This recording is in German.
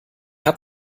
hat